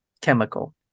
chemical